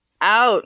Out